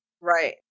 Right